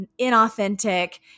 inauthentic